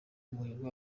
muhirwa